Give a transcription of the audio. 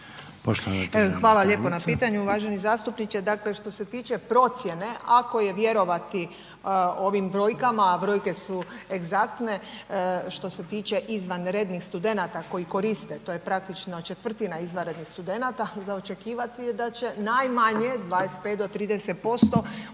Hvala lijepo na pitanju uvaženi zastupniče. Dakle, što se tiče procjene ako je vjerovati ovim brojkama, a brojke su egzaktne što se tiče izvanrednih studenata koji koriste, to je praktično 1/4 izvanrednih studenata za očekivati je da će najmanje 25 do 30% ovih